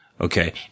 Okay